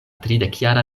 tridekjara